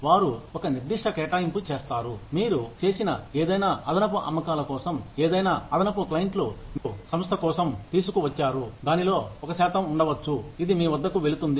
వారు ఒక నిర్దిష్ట కేటాయింపు చేస్తారు మీరు చేసిన ఏదైనా అదనపు అమ్మకాల కోసం ఏదైనా అదనపు క్లయింట్లు మీరు సంస్థ కోసం తీసుకువచ్చారు దానిలో ఒక శాతం ఉండవచ్చు ఇది మీ వద్దకు వెళుతుంది